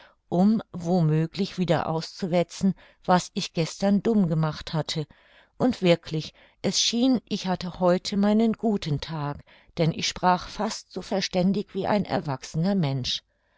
um wo möglich wieder auszuwetzen was ich gestern dumm gemacht hatte und wirklich es schien ich hatte heute meinen guten tag denn ich sprach fast so verständig wie ein erwachsener mensch